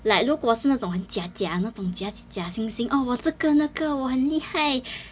like 如果是那种很假假那种假惺惺 oh 我这个那个我很厉害